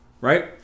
right